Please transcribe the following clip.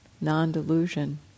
non-delusion